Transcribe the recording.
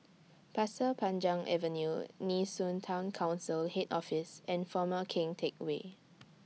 Pasir Panjang Avenue Nee Soon Town Council Head Office and Former Keng Teck Whay